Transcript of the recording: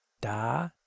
da